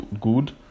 good